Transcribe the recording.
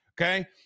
Okay